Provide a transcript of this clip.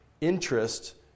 interest